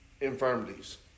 infirmities